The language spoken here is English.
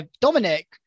Dominic